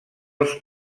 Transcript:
els